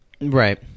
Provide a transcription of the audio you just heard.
Right